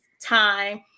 time